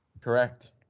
Correct